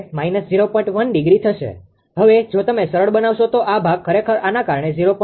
1° થશે હવે જો તમે સરળ બનાવશો તો આ ભાગ ખરેખર આના કારણે 0